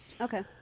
Okay